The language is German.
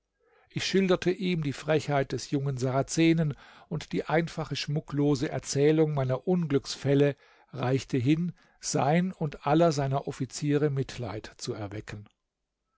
ich schilderte ihm die frechheit des jungen sarazenen und die einfache schmucklose erzählung meiner unglücksfälle reichte hin sein und aller seiner offiziere mitleid zu erwecken